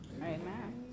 Amen